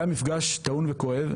היה מפגש טעון וכואב,